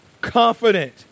Confident